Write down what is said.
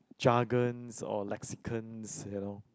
jargons or lexicons you know